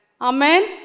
Amen